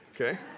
okay